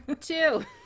two